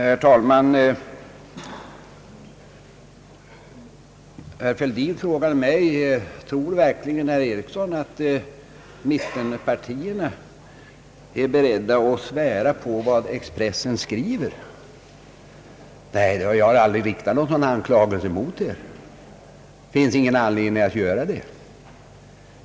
Herr talman! Herr Fälldin frågade mig: Tror verkligen herr Eriksson att mittenpartierna är beredda att svära på vad Expressen skriver? | Nej, jag har aldrig riktat några sådana anklagelser mot er! Det finns ingen anledning att göra det.